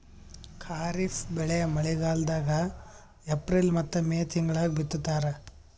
ಖಾರಿಫ್ ಬೆಳಿ ಮಳಿಗಾಲದಾಗ ಏಪ್ರಿಲ್ ಮತ್ತು ಮೇ ತಿಂಗಳಾಗ ಬಿತ್ತತಾರ